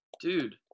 Dude